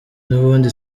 n’ubundi